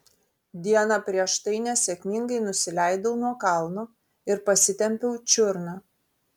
dieną prieš tai nesėkmingai nusileidau nuo kalno ir pasitempiau čiurną